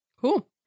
Cool